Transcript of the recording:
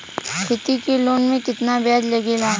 खेती के लोन में कितना ब्याज लगेला?